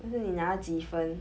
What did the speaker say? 但是你拿几分